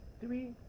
three